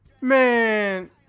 Man